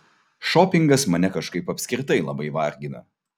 šopingas mane kažkaip apskritai labai vargina